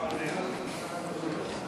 חברי הכנסת,